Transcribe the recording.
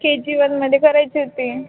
के G वनमध्ये करायची होती